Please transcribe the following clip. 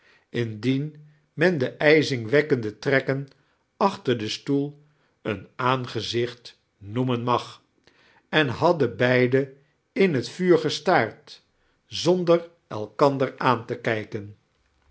indien men de ijzingwekkende trekken achter den stoel een aangezicht noemen mag en hadden beide in het vuuir gestaard zander elkander aan te kijkeni